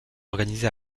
organisé